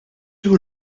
tieħu